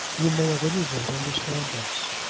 you may at any rate understand this,